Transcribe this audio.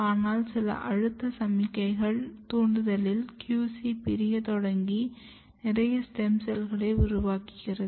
ஆனால் சில அழுத்த சமிக்ஞைகளின் தூண்டுதலில் QC பிரிய தொடங்கி நிறைய ஸ்டெம் செல்களை உருவாக்குகிறது